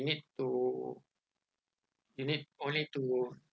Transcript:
you need to you need only to